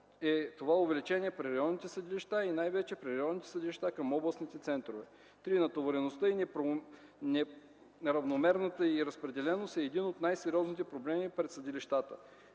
е това увеличение при районните съдилища и най-вече при районните съдилища към областните центрове. 3. Натовареността и неравномерната й разпределеност е един от най-сериозните проблеми пред съдилищата.